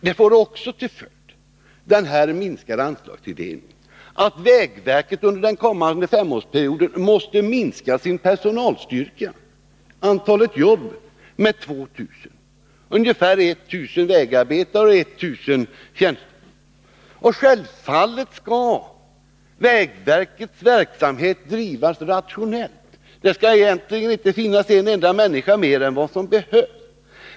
Den här minskade anslagstilldelningen får också till följd att vägverket under den kommande femårsperioden måste minska sin personalstyrka med 2000: ungefär 1000 vägarbetare och 1000 tjänstemän. Självfallet skall vägverkets verksamhet drivas rationellt. Det skall egentligen inte finnas en enda människa mer än vad som behövs.